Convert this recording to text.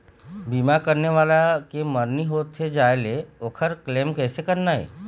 बीमा करने वाला के मरनी होथे जाय ले, ओकर क्लेम कैसे करना हे?